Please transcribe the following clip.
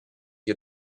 you